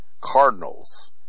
cardinal's